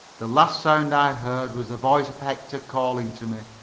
the last sound i heard was the voice of hector calling to me